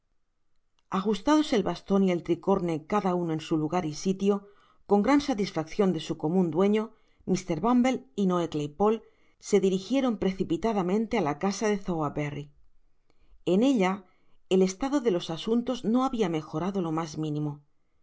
ajustados el baston y el tricorne cada uno en su lugar y sitio con gran satisfaccion de su comun dueño mr bumble y noé claypole se dirijieron precipitadamente á la casa de sowerberry en ella el estado de los asuntos no habia mejorado lo mas minimo